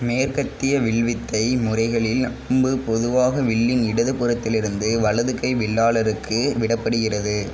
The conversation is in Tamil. மேற்கத்திய வில்வித்தை முறைகளில் அம்பு பொதுவாக வில்லின் இடது புறத்திலிருந்து வலது கை வில்லாளருக்கு விடப்படுகிறது